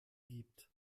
gibt